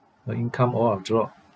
the income all are drop